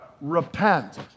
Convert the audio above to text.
repent